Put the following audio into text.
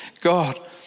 God